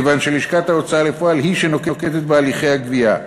כיוון שלשכת ההוצאה לפועל היא שנוקטת את הליכי הגבייה.